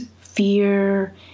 fear